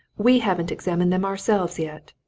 we haven't examined them ourselves yet.